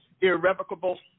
irrevocable